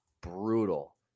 brutal